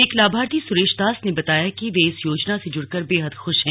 एक लाभार्थी सुरेश दास ने बताया कि वह इस योजना से जुड़कर बेहद खुश है